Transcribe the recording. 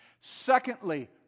Secondly